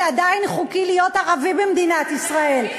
זה עדיין חוקי להיות ערבי במדינת ישראל.